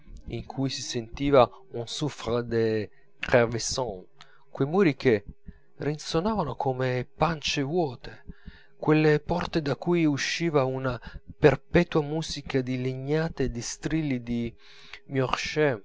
in cui si sentiva un souffle de crevaison quei muri che risonavano come pancie vuote quelle porte da cui usciva una perpetua musica di legnate e di strilli di